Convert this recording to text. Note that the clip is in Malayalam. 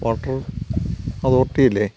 വാട്ടർ അതോറിറ്റിയല്ലേ